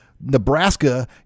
Nebraska